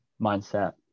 mindset